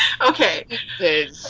Okay